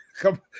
Come